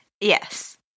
Yes